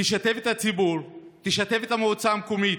תשתף את הציבור, תשתף את המועצה המקומית,